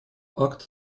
акт